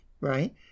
right